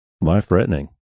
life-threatening